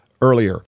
earlier